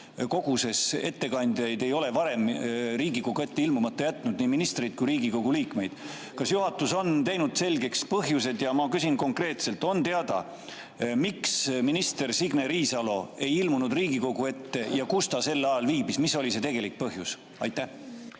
kogus ettekandjaid ei ole varem Riigikogu ette ilmumata jätnud, nii ministreid kui ka Riigikogu liikmeid. Kas juhatus on teinud selgeks põhjused? Ja ma küsin konkreetselt: kas on teada, miks minister Signe Riisalo ei ilmunud Riigikogu ette ja kus ta sel ajal viibis? Mis oli see tegelik põhjus? Aitäh!